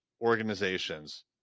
organizations